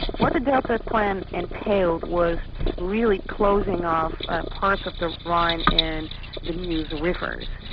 what the delta plan entailed was really closing off ah part of the rhine and the meuse rivers,